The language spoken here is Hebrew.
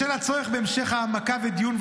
בשל הצורך בהמשך העמקה ודיון,